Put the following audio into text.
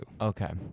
Okay